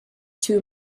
too